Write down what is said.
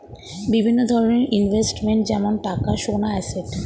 বিভিন্ন ধরনের ইনভেস্টমেন্ট যেমন টাকা, সোনা, অ্যাসেট